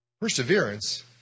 Perseverance